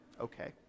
Okay